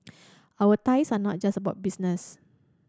our ties are not just about business